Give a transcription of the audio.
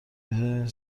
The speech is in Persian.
میتونی